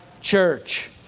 church